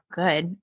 good